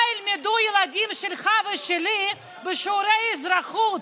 מה ילמדו הילדים שלך ושלי בשיעורי אזרחות?